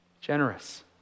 generous